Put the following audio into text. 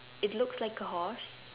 it looks like a horse